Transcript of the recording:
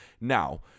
Now